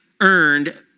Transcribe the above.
earned